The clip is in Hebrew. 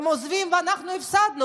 הם עוזבים, ואנחנו הפסדנו.